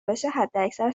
بشه، حداکثر